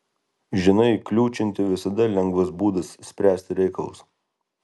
žinai kliūčinti visada lengvas būdas spręsti reikalus